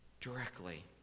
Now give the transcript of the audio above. directly